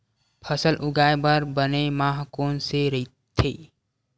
फसल उगाये बर बने माह कोन से राइथे?